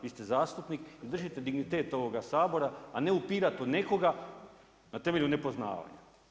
Vi ste zastupnik i držite dignitet ovoga Sabora a ne upirati u nekoga na temelju upoznavanja.